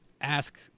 ask